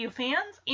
fans